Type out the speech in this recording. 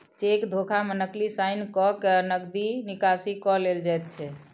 cheque धोखा मे नकली साइन क के नगदी निकासी क लेल जाइत छै